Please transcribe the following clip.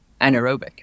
anaerobic